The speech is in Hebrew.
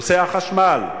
נושא החשמל,